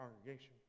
congregation